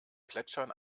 plätschern